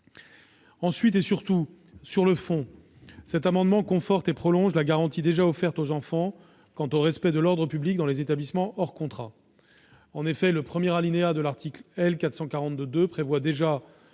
nationalité. Sur le fond, cet amendement conforte et prolonge la garantie déjà offerte aux enfants quant au respect de l'ordre public dans les établissements hors contrat. Le premier alinéa de l'article L. 442-2 prévoit déjà